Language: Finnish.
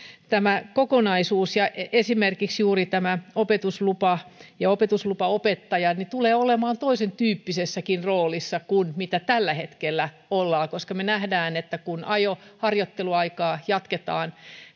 kokonaisuus esimerkiksi juuri tämä opetuslupa ja opetuslupaopettaja tulee olemaan toisentyyppisessäkin roolissa kuin tällä hetkellä ollaan koska me näemme että kun ajoharjoitteluaikaa jatketaan